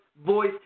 Voice